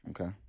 Okay